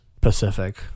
Pacific